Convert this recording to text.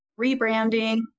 rebranding